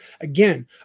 again